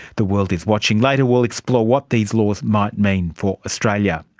the world is watching. later we'll explore what these laws might mean for australia.